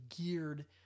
geared